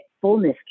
fullness